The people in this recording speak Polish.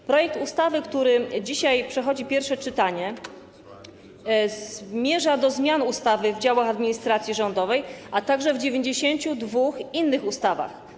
W projekcie ustawy, który dzisiaj przechodzi pierwsze czytanie, zmierza się do zmian w ustawie o działach administracji rządowej, a także w 92 innych ustawach.